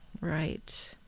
Right